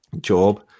job